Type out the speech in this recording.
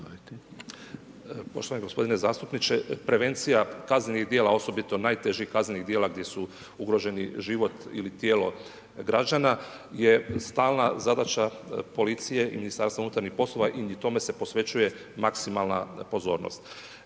Poštovani gospodine zastupniče, prevencija kaznenih djela osobito najtežih kaznenih djela gdje su ugroženi život ili tijelo građana je stalna zadaća policije i Ministarstva unutarnjih poslova i tome se posvećuje maksimalna pozornost.